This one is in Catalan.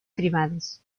privades